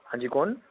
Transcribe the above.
हां जी कुन्न